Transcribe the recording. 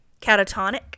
Catatonic